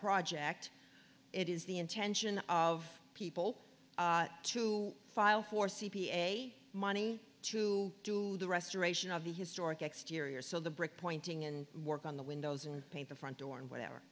project it is the intention of people to file for c p a money to do the restoration of the historic exterior so the brick pointing and work on the windows and paint the front door and whatever